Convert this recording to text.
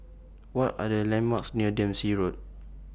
What Are The landmarks near Dempsey Road